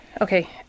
Okay